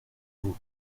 vous